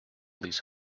these